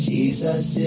Jesus